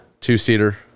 Two-seater